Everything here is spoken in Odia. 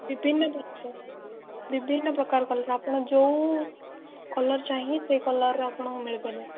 ବିଭିନ୍ନ ପ୍ରକାର ବିଭିନ୍ନ ପ୍ରକାର କଲର୍ ଆପଣ ଯେଉଁ କଲର୍ ଚାହିଁବେ ସେଇ କଲରର ଆପଣଙ୍କୁ ମିଳିପାରିବ